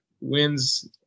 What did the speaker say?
wins